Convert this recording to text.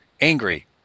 angry